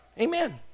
Amen